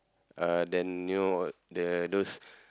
uh then you know the those